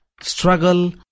struggle